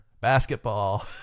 basketball